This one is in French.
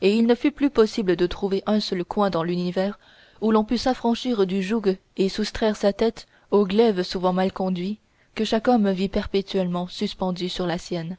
et il ne fut plus possible de trouver un seul coin dans l'univers où l'on pût s'affranchir du joug et soustraire sa tête au glaive souvent mal conduit que chaque homme vit perpétuellement suspendu sur la sienne